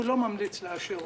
הוא לא ממליץ לאשר אותה.